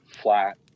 flat